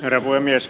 herra puhemies